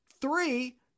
Three